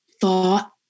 thought